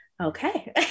Okay